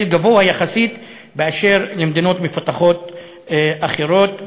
גבוה יחסית למצב במדינות מפותחות אחרות,